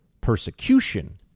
persecution